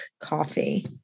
coffee